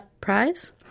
Prize